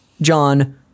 John